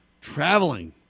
traveling